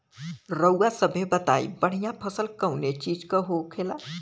रउआ सभे बताई बढ़ियां फसल कवने चीज़क होखेला?